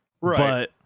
Right